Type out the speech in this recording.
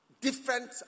different